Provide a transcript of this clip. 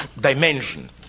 dimension